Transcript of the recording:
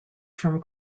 from